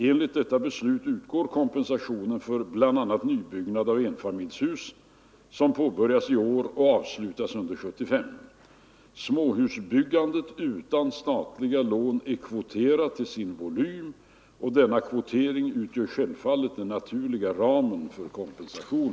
Enligt detta beslut utgår kompensation för bl.a. nybyggnad av enfamiljshus som påbörjas i år och avslutas under år 1975. Småhusbyggandet utan statliga lån är kvoterat till sin volym och denna kvotering utgör självfallet den naturliga ramen för kompensation.